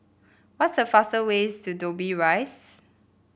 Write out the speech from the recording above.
what is the fastest way to Dobbie Rise